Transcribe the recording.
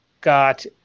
got